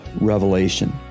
revelation